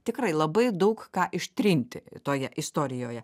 tikrai labai daug ką ištrinti toje istorijoje